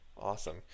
Awesome